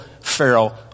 Pharaoh